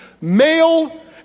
Male